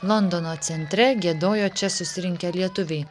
londono centre giedojo čia susirinkę lietuviai